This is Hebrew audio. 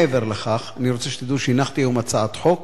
מעבר לכך, אני רוצה שתדעו שהנחתי היום הצעת חוק